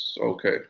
Okay